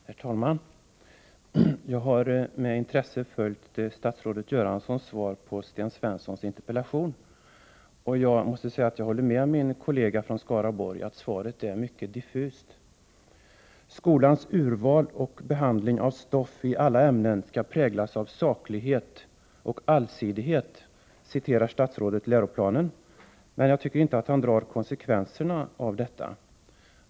Herr talman! Jag har med intresse följt statsrådet Göranssons svar på Sten Svenssons interpellation, och jag håller med min kollega från Skaraborg att svaret är mycket diffust. ”Skolans urval och behandling av stoff i alla ämnen skall präglas av saklighet och allsidighet”, citerar statsrådet ur läroplanen, men jag tycker inte att han drar ut konsekvenserna av detta.